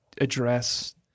address